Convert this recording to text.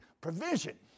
provision